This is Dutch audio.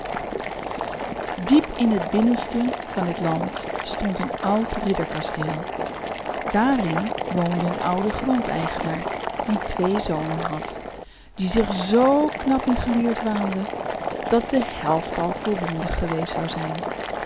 diep in het binnenste van het land stond een oud ridderkasteel daarin woonde een oude grondeigenaar die twee zonen had die zich zoo knap en geleerd waanden dat de helft al voldoende geweest zou zijn